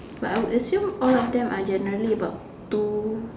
but I would assume all of them are generally about two